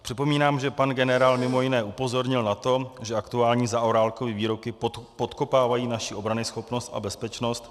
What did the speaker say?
Připomínám, že pan generál mimo jiné upozornil na to, že aktuální Zaorálkovy výroky podkopávají naši obranyschopnost a bezpečnost.